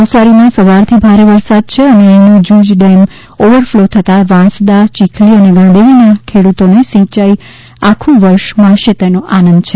નવસારીમાં સવાર થી ભારે વરસાદ છે અને અહીનો જૂજ ડેમ ઓવર ફ્લો થતાં વાંસદા ચિખલી અને ગણદેવીના ખેડૂતોને સિંચાઇ આખું વર્ષ મળશે તેનો આનંદ છે